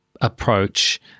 approach